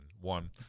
one